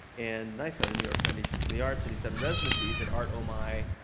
and nifa, the new york foundation for the arts. and he's done residencies at art omi,